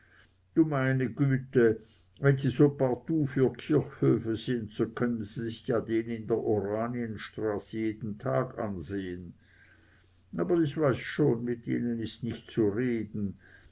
du meine güte wenn sie so partout für kirchhöfe sind so können sie sich ja den in der oranienstraße jeden tag ansehen aber ich weiß schon mit ihnen ist nicht zu reden